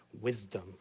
wisdom